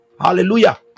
hallelujah